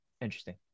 interesting